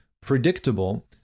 predictable